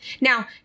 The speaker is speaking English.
Now